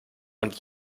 und